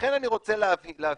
לכן אני רוצה להבהיר,